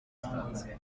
start